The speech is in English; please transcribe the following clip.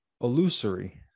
illusory